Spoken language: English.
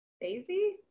Daisy